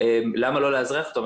למה לא לאזרח אותם.